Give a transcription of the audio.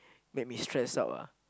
make me stressed out ah